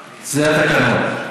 זה התקנון.